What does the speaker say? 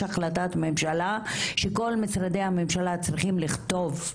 יש החלטת ממשלה שכל משרדי הממשלה צריכים לכתוב,